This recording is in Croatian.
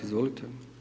Izvolite.